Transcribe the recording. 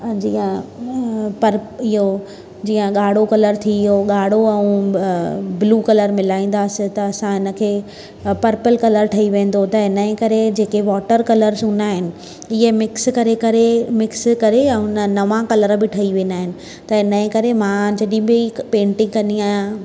जीअं परप इहो जीअं ॻाढ़ो कलर थी वियो ॻाढ़ो ऐं ब्लू कलर मिलाईंदासीं त असां हिनखे पर्पल कलर ठई वेंदो त हिनजे करे जेके वॉटर कलर्स हूंदा आहिनि इहे मिक्स करे करे मिक्स करे ऐं नवां कलर बि ठई वेंदा आहिनि त हिनजे करे मां जॾहिं बि हिक पेंटिंग कंदी आहियां